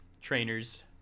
trainers